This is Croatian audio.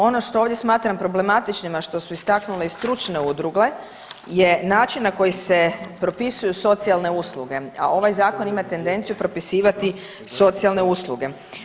Ono što ovdje smatram problematičnim, a što su istaknule i stručne udruge je način na koji se propisuju socijalne usluge, a ovaj Zakon ima tendenciju propisivati socijalne usluge.